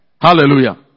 Hallelujah